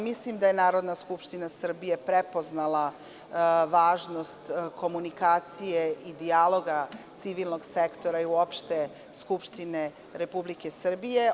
Mislim da je Narodna skupština Srbije prepoznala važnost komunikacije i dijaloga civilnog sektora i uopšte Skupštine Republike Srbije.